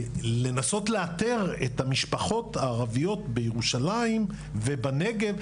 לנסות לאתר את המשפחות הערביות בירושלים ובנגב,